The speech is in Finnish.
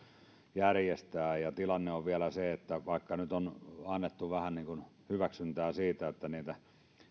järjestää tilanne on vielä se että vaikka nyt on annettu vähän hyväksyntää sille että niitä